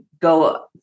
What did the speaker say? go